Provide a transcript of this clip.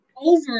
over